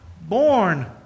Born